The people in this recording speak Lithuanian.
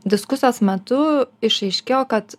diskusijos metu išaiškėjo kad